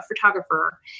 photographer